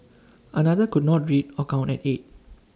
another could not read or count at eight